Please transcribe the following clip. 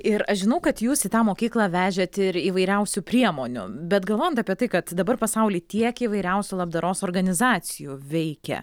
ir aš žinau kad jūs į tą mokyklą vežėt ir įvairiausių priemonių bet galvojant apie tai kad dabar pasauly tiek įvairiausių labdaros organizacijų veikia